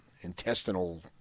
intestinal